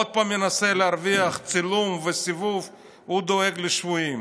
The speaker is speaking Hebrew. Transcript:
עוד פעם מנסה להרוויח צילום וסיבוב שהוא דואג לשבויים.